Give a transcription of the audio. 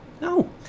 No